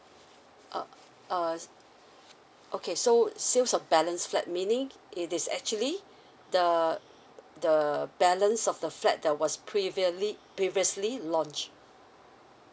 uh uh okay so sales of balance flat meaning it is actually the the balance of the flat that was previously previously launch